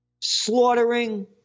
slaughtering